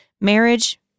marriage